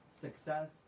success